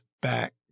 back